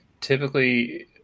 typically